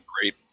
great